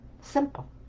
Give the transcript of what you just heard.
Simple